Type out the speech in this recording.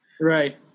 Right